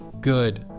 good